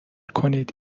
کنید